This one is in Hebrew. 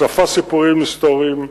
הוא שפע סיפורים היסטוריים,